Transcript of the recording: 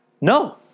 No